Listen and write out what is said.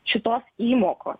šitos įmokos